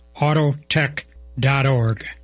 autotech.org